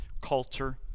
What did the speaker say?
Culture